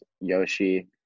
Yoshi